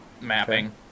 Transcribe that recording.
mapping